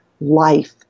life